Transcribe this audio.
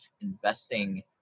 investing